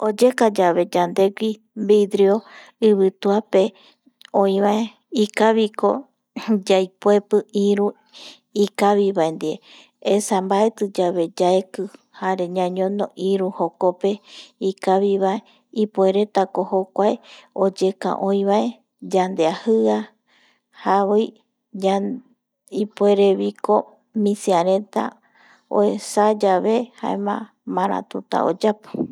Oyekayave yandegui vidrio ivituape oi vae, ikaviko yaepoipi iru ikavivae ndie esa mbaetiyave yaeki jare ñañono iru jokope ikaviva ipueretako jokuae oyeka oi vae yandeajia javoi jare ipuereviko misiareta oesa yave jaema maratuta oyapo